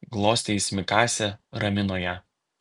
glostė jis mikasę ramino ją